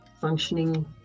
functioning